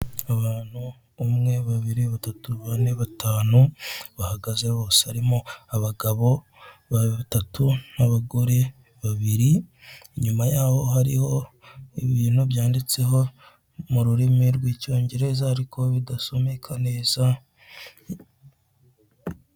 Abantu umwe, babiri, batatu, bane, batanu bahagaze bose harimo abagabo batatu n'abagore babiri, inyuma y'aho hariho ibintu byanditseho mu rurimi rw'Icyongeereza ariko bidasomeka neza.